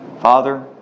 Father